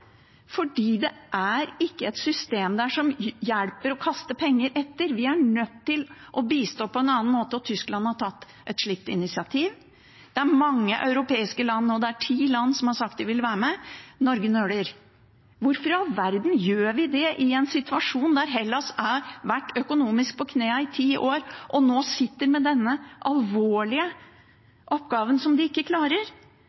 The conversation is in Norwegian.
det ikke et system der som det hjelper å kaste penger etter. Vi er nødt til å bistå på en annen måte. Tyskland har tatt et slikt initiativ. Det er mange europeiske land, ti land, som har sagt at de vil være med. Norge nøler. Hvorfor i all verden gjør vi det i en situasjon der Hellas har vært økonomisk på knærne i ti år og nå sitter med denne